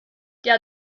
der